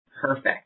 perfect